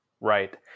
Right